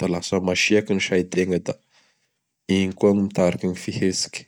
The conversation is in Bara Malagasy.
da lasa masiaky gny saitegna; da igny koa mitariky gny fihetsiky.